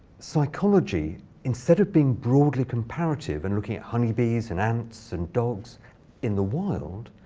psychology instead of being broadly comparative and looking at honeybees, and ants, and dogs in the wild